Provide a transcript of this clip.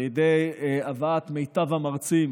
על ידי הבאת מיטב המרצים